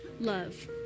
love